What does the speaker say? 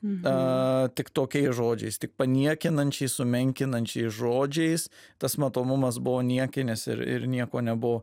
a tik tokiais žodžiais tik paniekinančiai sumenkinančiais žodžiais tas matomumas buvo niekinis ir ir nieko nebuvo